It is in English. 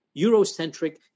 Eurocentric